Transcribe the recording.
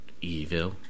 evil